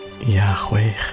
Yahweh